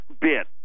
bit